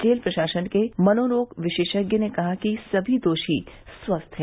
jail प्रशासन के मनोरोग विशेषज्ञ ने कहा कि सभी दोषी स्वस्थ हैं